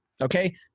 okay